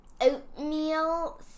oatmeal